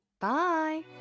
bye